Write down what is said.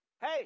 hey